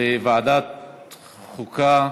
לוועדת החוקה,